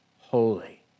holy